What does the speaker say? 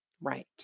Right